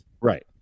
right